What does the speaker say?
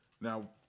Now